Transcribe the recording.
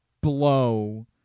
blow